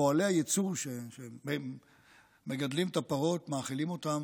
פועלי הייצור שמגדלים את הפרות, מאכילים אותן,